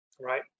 right